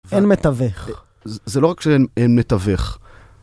אין מתווך. זה לא רק שאין מתווח.